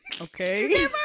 okay